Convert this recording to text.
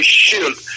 shield